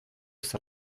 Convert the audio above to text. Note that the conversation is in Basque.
zer